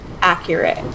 accurate